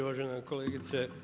Uvažene kolegice.